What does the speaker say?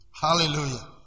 Hallelujah